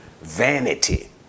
vanity